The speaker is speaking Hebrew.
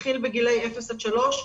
בגילי אפס עד שלוש.